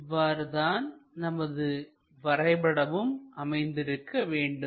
இவ்வாறு தான் நமது வரைபடமும் அமைந்திருக்க வேண்டும்